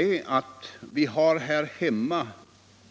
Vi har nämligen här hemma